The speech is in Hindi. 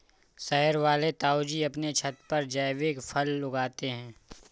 शहर वाले ताऊजी अपने छत पर जैविक फल उगाते हैं